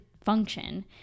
function